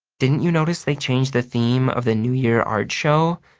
didn't you notice they changed the theme of the new year art show?